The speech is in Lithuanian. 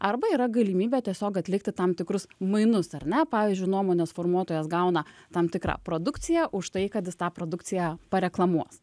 arba yra galimybė tiesiog atlikti tam tikrus mainus ar ne pavyzdžiui nuomonės formuotojas gauna tam tikrą produkciją už tai kad jis tą produkciją pareklamuos